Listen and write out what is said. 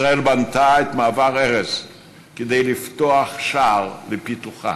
ישראל בנתה את מעבר ארז כדי לפתוח שער לפיתוחה.